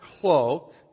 cloak